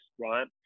right